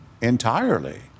entirely